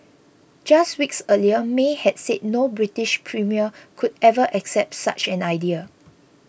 just weeks earlier May had said no British premier could ever accept such an idea